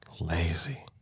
Lazy